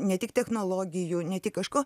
ne tik technologijų ne tik kažko